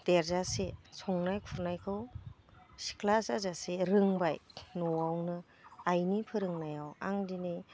देरजासे संनाय खुरनायखौ सिख्ला जाजासे रोंबाय न'आवनो आइनि फोरोंनायाव आं दिनै